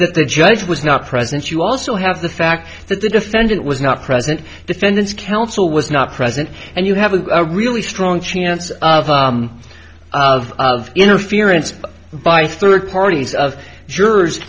that the judge was not present you also have the fact that the defendant was not present defendant's counsel was not present and you have a really strong chance of of of interference by third parties of jurors